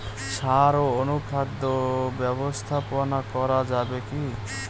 সাড় ও অনুখাদ্য ব্যবস্থাপনা করা যাবে কি?